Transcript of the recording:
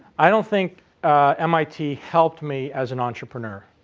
i don't think mit helped me as an entrepreneur.